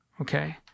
Okay